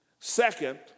Second